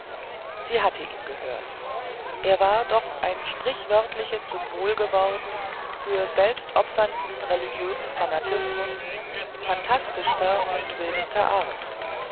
sie hatte ihn gehört war er doch ein sprichwörtliches symbol geworden für selbstopfernden religiösen fanatismus phantastischster und wildester art